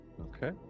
okay